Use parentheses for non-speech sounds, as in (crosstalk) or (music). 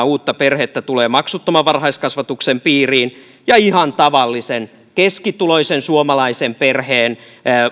(unintelligible) uutta perhettä tulee maksuttoman varhaiskasvatuksen piiriin ja ihan tavallisen keskituloisen suomalaisen perheen